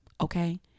okay